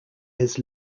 his